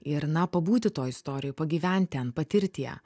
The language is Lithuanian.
ir na pabūti toj istorijoj pagyven ten patirti ją